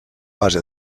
base